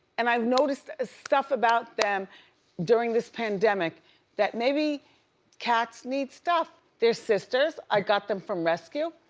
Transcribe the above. and i've noticed stuff about them during this pandemic that maybe cats need stuff, they're sisters. i got them from rescue.